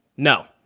No